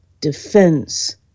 defense